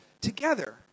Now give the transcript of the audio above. together